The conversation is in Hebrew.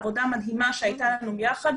עבודה מדהימה שהייתה לנו ביחד,